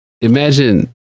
imagine